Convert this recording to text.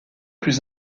plus